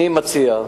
אני מציע,